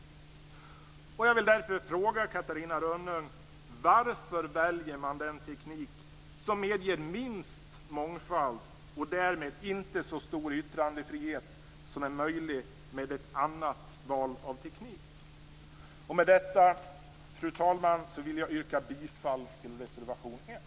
Jag vill därför fråga Catarina Rönnung: Varför väljer man den teknik som medger minst mångfald och därmed inte så stor yttrandefrihet som är möjlig med ett annat val av teknik? Fru talman! Med det anförda yrkar jag bifall till reservation 1.